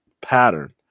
pattern